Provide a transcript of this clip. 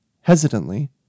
hesitantly